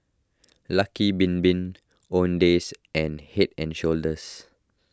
Lucky Bin Bin Owndays and Head and Shoulders